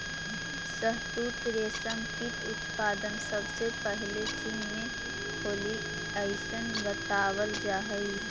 शहतूत रेशम कीट उत्पादन सबसे पहले चीन में होलइ अइसन बतावल जा हई